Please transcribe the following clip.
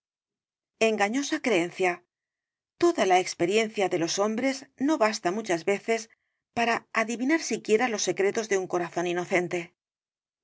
engañosa creencia toda la experiencia de los hombres no basta muchas veces para adivinar siquiera los secretos de un corazón inocente